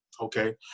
okay